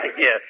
Yes